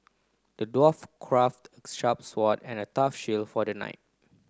the dwarf crafted a sharp sword and a tough shield for the knight